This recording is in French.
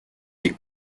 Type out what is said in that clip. les